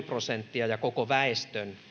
prosenttia koko väestön